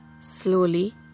Slowly